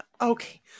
Okay